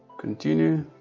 continue